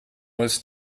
was